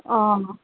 অঁ